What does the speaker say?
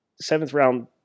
seventh-round